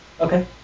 Okay